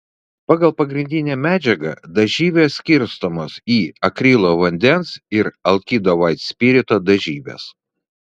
pagal pagrindinę medžiagą dažyvės skirstomos į akrilo vandens ir alkido vaitspirito dažyves